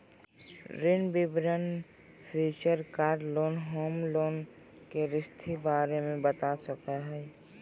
ऋण विवरण feature car loan, home loan, के स्थिति के बारे में बता सका हइ